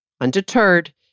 Undeterred